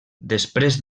després